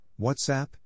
WhatsApp